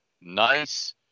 nice